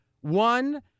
One